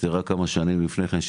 נפטרה כמה שנים לפני כן.